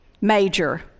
major